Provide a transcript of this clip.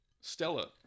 Stella